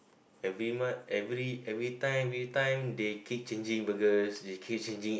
every month every every time every time they keep changing burgers they keep changing